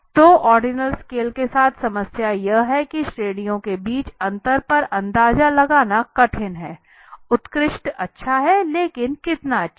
तो ordinal scale के साथ समस्या यह है कि श्रेणियों के बीच अंतर पर अंदाज़ा लगाना कठिन है उत्कृष्ट अच्छा है लेकिन कितना अच्छा है